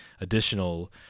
additional